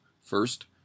first